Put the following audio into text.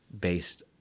based